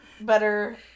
better